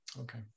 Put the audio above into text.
Okay